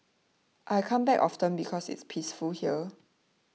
I come back often because it's peaceful here